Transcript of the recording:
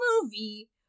movie